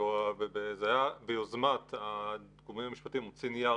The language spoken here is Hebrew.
זה היה ביוזמת הגורמים המשפטיים הוציא נייר